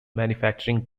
manufacturing